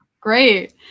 great